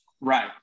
Right